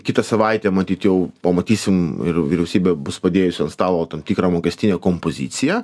kitą savaitę matyt jau pamatysim ir ir vyriausybė bus padėjusi ant stalo tam tikrą mokestinę kompoziciją